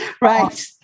right